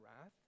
wrath